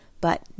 But